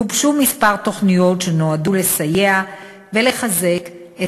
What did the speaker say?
גובשו כמה תוכניות שנועדו לסייע ולחזק את